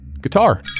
guitar